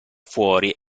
fuori